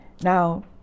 Now